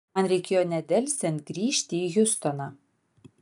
man reikėjo nedelsiant grįžti į hjustoną